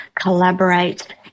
collaborate